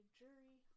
jury